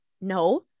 No